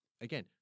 again